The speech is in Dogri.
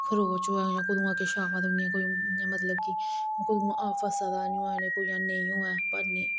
खरोच होऐ कदुआं किश अबा दा होऐ इयां मतलब कि कुदुआं फसा दा नेईं होऐ जा नेईं होऐ